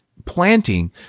Planting